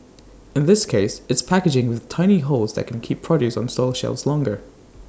in this case it's packaging with tiny holes that can keep produce on store shelves longer